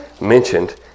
mentioned